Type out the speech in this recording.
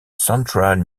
central